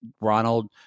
Ronald